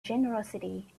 generosity